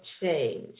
change